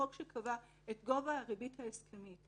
החוק שקבע את גובה הריבית ההסכמית.